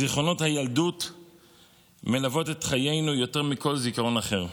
זיכרונות הילדות מלווים את חיינו יותר מכל זיכרון אחר.